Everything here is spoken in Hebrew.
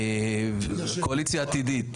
קואליציה עתידית.